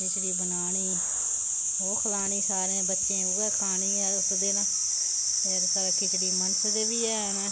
खिचड़ी बनानी ओह् खलानी सारें बच्चें गी उ'ऐ खानी उस दिन फिर साढ़े खिचड़ी मनसदे बी हैन